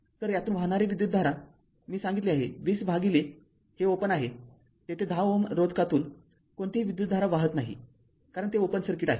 तर यातून वाहणारी विद्युतधारा मी सांगितले आहे २० हे ओपन आहेतेथे १०Ω रोधकातून कोणतीही विद्युतधारा वाहत नाहीकारण ते ओपन सर्किट आहे